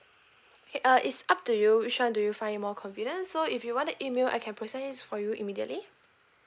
uh is up to you which one do you find more confident so if you want the email I can process it for you immediately